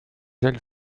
ailes